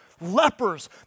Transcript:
lepers